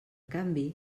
canvi